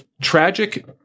tragic